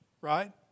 right